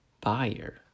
buyer